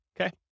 Okay